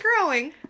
growing